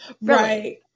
Right